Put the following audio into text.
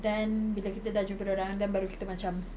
then bila kita dah jumpa dia orang then baru kita macam